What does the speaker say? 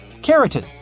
keratin